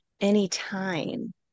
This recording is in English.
anytime